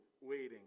waiting